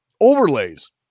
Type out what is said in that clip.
overlays